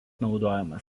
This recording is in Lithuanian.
naudojamas